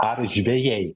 ar žvejai